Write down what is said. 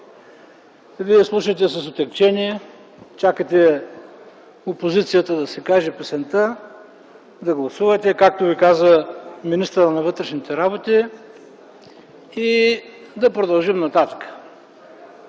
Вие слушате с отегчение, чакате опозицията да си каже песента, да гласувате както Ви каза министърът на вътрешните работи, и да продължим нататък.